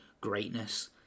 greatness